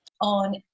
on